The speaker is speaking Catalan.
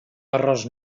arròs